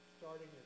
starting